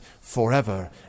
forever